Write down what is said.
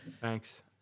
Thanks